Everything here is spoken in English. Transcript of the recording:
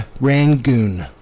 Rangoon